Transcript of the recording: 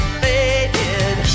faded